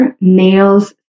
nails